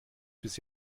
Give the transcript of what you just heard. bis